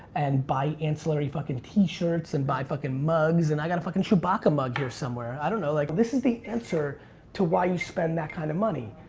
and buy ancillary fucking t-shirts and buy fucking mugs and i got a fucking trubaca mug here somewhere, i don't know, like this is the answer to why you spend that kind of money.